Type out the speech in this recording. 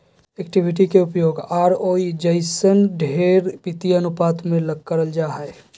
equity के उपयोग ROE जइसन ढेर वित्तीय अनुपात मे करल जा हय